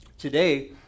Today